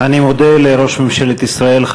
אני מודה לראש ממשלת ישראל,